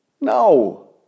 No